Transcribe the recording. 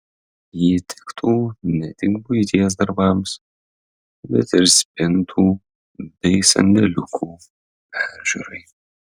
ji tiktų ne tik buities darbams bet ir spintų bei sandėliukų peržiūrai